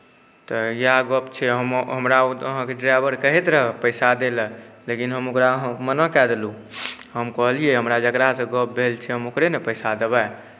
तऽ इएह गप छै हमरा अहाँके ड्राइवर कहैत रहए पैसा दैले लेकिन ओकरा हम मना कए देलहुँ हम कहलियै हमरा जकरासँ गप भेल छै हम ओकरे ने पैसा देबै